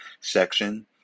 section